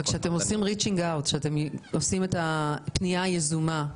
כשאתם עושים את הפנייה היזומה,